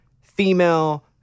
female